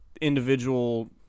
individual –